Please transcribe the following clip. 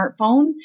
smartphone